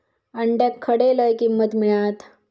अंड्याक खडे लय किंमत मिळात?